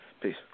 Peace